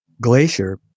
glacier